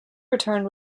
returned